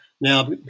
now